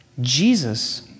Jesus